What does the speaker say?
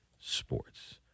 sports